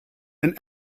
and